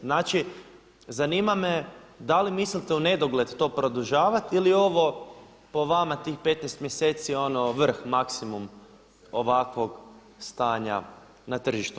Znači, zanima me da li mislite u nedogled to produžavati ili ovo po vama tih 15 mjeseci ono vrh, maksimum ovakvog stanja na tržištu.